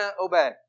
obey